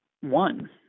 one